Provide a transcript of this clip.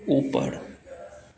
ऊपर